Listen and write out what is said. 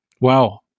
Wow